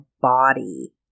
body